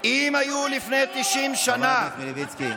אם היו לפני 90 שנה, אתה תומך בהם.